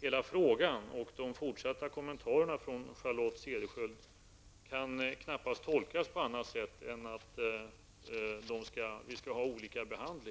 Hela frågan och de fortsatta kommentarerna från Charlotte Cederschiöld kan knappast tolkas på annat sätt än att vi skall behandla